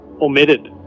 omitted